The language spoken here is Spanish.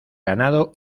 ganado